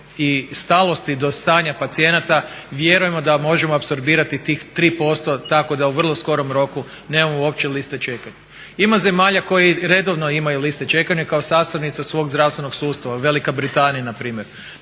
i stalosti do stanja pacijenata vjerujemo da možemo apsorbirati tih 3% tako da u vrlo skorom roku nemamo uopće liste čekanja. Ima zemalja koje redovno imaju liste čekanja kao sastavnica svog zdravstvenog sustava, Velika Britanija npr.